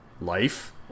life